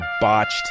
botched